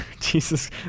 Jesus